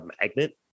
magnet